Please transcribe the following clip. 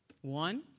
One